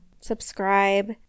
subscribe